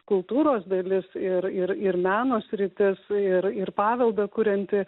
kultūros dalis ir ir ir meno sritis ir ir paveldą kurianti